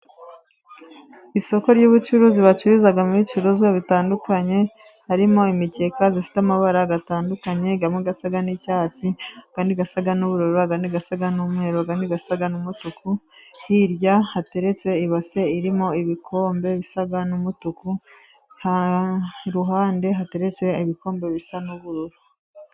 Isoko ry'ubucuruzi bacururizamo ibicuruzwa bitandukanye, harimo imikeka ifite amabara atandukanye, amwe asa n'icyatsi, ayandi asa n'ubururu, ayandi asa n'umweru, ayandi n'umutuku, hirya hateretse ibase irimo ibikombe bisa n'umutuku, k'uruhande hateretse ibikombe bisa n'ubururu.